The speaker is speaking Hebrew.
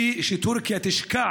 ושטורקיה תשקע.